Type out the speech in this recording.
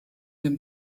dem